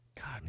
god